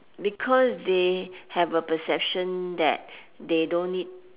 because they have a perception that they don't need